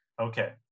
Okay